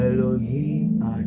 Elohim